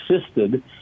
Assisted